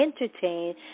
Entertain